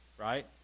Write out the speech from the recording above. Right